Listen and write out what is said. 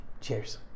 Cheers